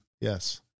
yes